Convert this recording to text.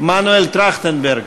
מנואל טרכטנברג,